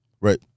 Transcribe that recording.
Right